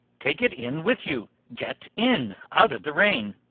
take it in with you. get in out of the rain!